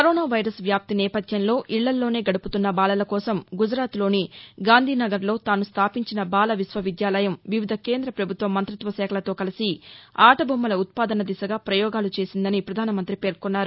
corona virus వ్యాప్తి నేపథ్యంలో ఇళ్లలోనే గడుపుతున్న బాలల కోసం గుజరాత్లోని గాంధీనగర్లో తాను స్టాపించిన బాల విశ్వవిద్యాలయం వివిధ కేంద్ర ప్రభుత్వ మంత్రిత్వ శాఖలతో కలిసి ఆట బొమ్మల ఉత్పాదన దిశగా ప్రయోగాలు చేసిందని ప్రధానమంత్రి పేర్కొన్నారు